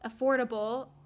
affordable